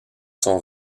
sont